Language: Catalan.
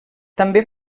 també